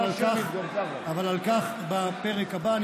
אבל על כך בפרק הבא.